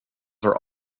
are